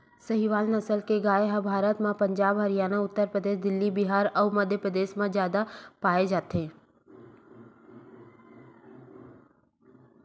साहीवाल नसल के गाय ह भारत म पंजाब, हरयाना, उत्तर परदेस, दिल्ली, बिहार अउ मध्यपरदेस म जादा पाए जाथे